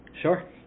Sure